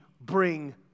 bring